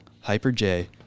Hyper-J